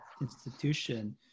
institution